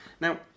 Now